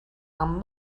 amb